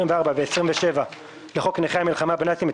24 ו-27 לחוק נכי המלחמה בנאצים,